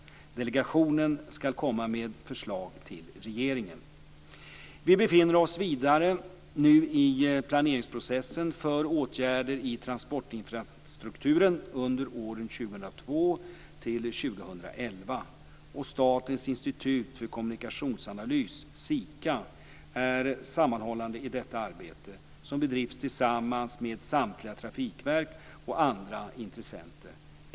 Delegationen skall komma med förslag till regeringen. Vi befinner oss vidare nu i planeringsprocessen för åtgärder i transportinfrastrukturen under åren 2002-2011. Statens institut för kommunikationsanalys, SIKA, är sammanhållande i detta arbete, som bedrivs tillsammans med samtliga trafikverk och andra intressenter.